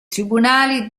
tribunali